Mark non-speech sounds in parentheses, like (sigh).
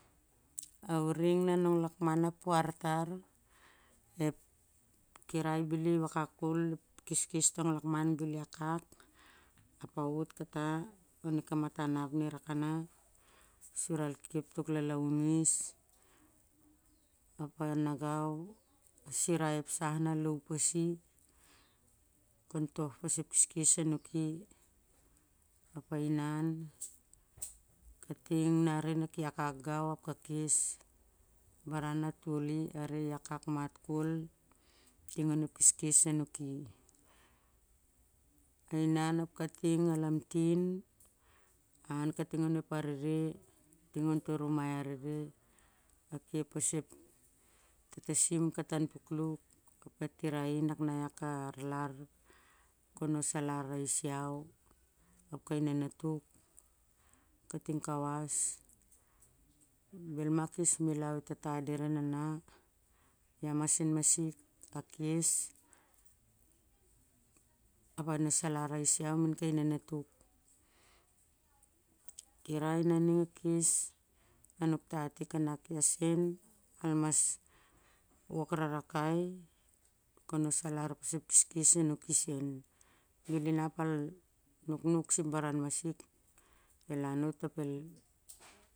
(noise) Na uring na nong an lakman a puar tar, ep kirai bel i akak kol, ep keskes tong an lakman bel i akak kol, ap a wot kata oni to kamatan am ni rakana sur al kep tok lalaun ngis ap a nagau al sirai ep sah nal low pasi, kon toh pas ep keskes a nuki ap a inan (noise) kating na re kanak ni akak gau ap a kes baran na toli i akak mat kol ting onep keskes a nuki. Ap a inan kating a lamtin a inan kating onep arere kating onto rumai arere a kep pasep tatasim kate an pukluk ap a tirai i kanak ia ka arlar kon hos alar a is lai- a kai na na tuk kating kawas, bel ma a kes mialu e tata dira e nana ia masen masik a kes ap a nos alar a is lau main kai na natuk. Kirai na ning i kes ka nuk tat i kanak na ia sen al mas wok ra rakai kon nos alar ep keskes a nuki sen, (noise) bel inap al nuknuk sep baran masik el anot ap el. (noise)